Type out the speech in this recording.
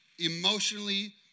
emotionally